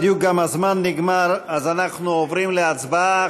בדיוק גם הזמן נגמר, אז אנחנו עוברים להצבעה.